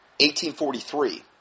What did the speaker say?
1843